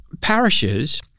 parishes